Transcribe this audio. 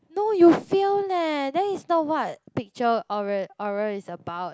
no you fail leh there is not what picture oral oral is about